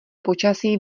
počasí